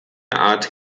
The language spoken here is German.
art